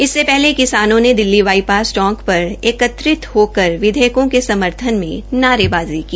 इससे पहले किसानों ने दिल्ली बाईपास चौंप पर एकत्रित होकर विधेयकों के समार्थन में नारेबाजी की